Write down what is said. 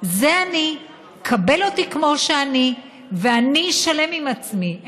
זה אני, קבל אותי כמו שאני, ואני שלם עם עצמי.